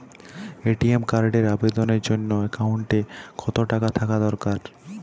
ATM কার্ডের আবেদনের জন্য অ্যাকাউন্টে কতো টাকা থাকা দরকার?